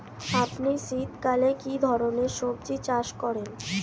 আপনি শীতকালে কী ধরনের সবজী চাষ করেন?